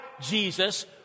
Jesus